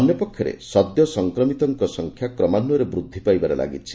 ଅନ୍ୟପକ୍ଷରେ ସଦ୍ୟ ସଂକ୍ରମିତମାନଙ୍କ ସଂଖ୍ୟା କ୍ରମାନ୍ଧୟରେ ବୃଦ୍ଧି ପାଇବାରେ ଲାଗିଛି